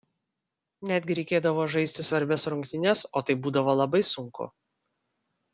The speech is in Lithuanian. netgi reikėdavo žaisti svarbias rungtynes o tai būdavo labai sunku